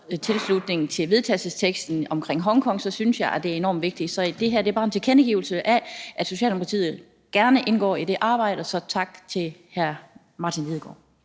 tilslutning til vedtagelsesteksten om Hongkong, synes jeg, det er enormt vigtigt her. Så det her er bare en tilkendegivelse af, at Socialdemokratiet gerne indgår i det arbejde. Så tak til hr. Martin Lidegaard.